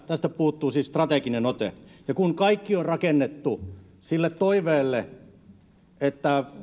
tästä puuttuu siis strateginen ote kun kaikki on rakennettu sille toiveelle että